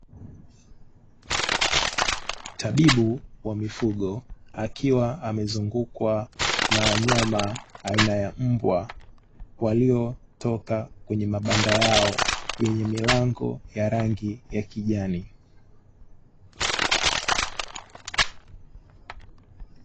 Tabibu wa mifugo akiwa amezungukwa na wanyama aina ya mbwa waliotoka kwenye mabanda yao yenye milango ya rangi ya kijani.